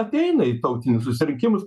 ateina į tautinius susirgimus